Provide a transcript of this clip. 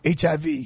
HIV